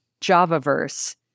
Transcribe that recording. Javaverse